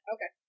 Okay